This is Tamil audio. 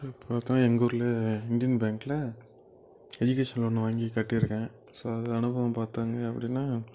அது பார்த்தா எங்கள் ஊரில் இந்தியன் பேங்க்கில் எஜுகேஷன் லோன் வாங்கி கட்டியிருக்கேன் ஸோ அது அனுபவம் பார்த்திங்க அப்படின்னா